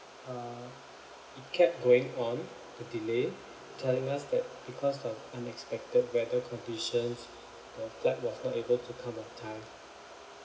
uh it kept going on the delay telling us that because of unexpected weather conditions the flight was not able to come on time